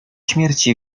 śmierci